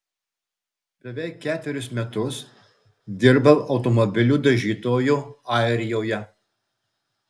beveik ketverius metus dirbau automobilių dažytoju airijoje